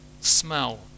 smell